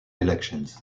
elections